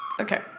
Okay